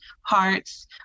hearts